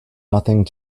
nothing